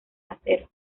acero